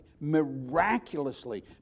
miraculously